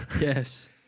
Yes